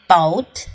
Boat